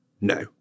No